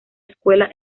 escuela